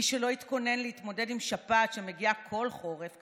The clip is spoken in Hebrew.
מי שלא התכונן להתמודד עם שפעת שמגיעה כל חורף,